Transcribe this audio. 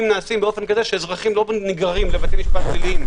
נעשים כך שאזרחים לא נגררים לבתי משפט פליליים,